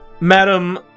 Madam